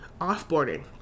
offboarding